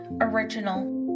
original